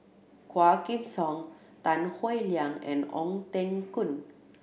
Quah Kim Song Tan Howe Liang and Ong Teng Koon